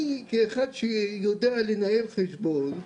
אני כאחד שיודע לנהל חשבון,